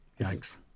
Thanks